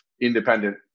independent